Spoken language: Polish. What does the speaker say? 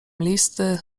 listy